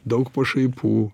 daug pašaipų